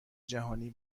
جهانی